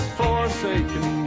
forsaken